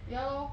ya lor